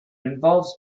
involves